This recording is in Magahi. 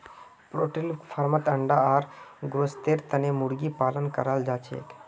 पोल्ट्री फार्मत अंडा आर गोस्तेर तने मुर्गी पालन कराल जाछेक